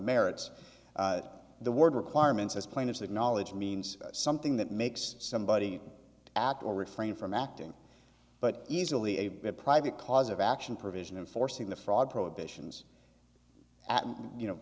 merits of the word requirements as plain as that knowledge means something that makes somebody act or refrain from acting but easily a private cause of action provision and forcing the fraud prohibitions you know